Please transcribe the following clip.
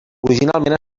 originalment